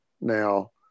now